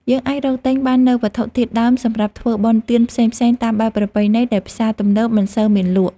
យើងអាចរកទិញបាននូវវត្ថុធាតុដើមសម្រាប់ធ្វើបុណ្យទានផ្សេងៗតាមបែបប្រពៃណីដែលផ្សារទំនើបមិនសូវមានលក់។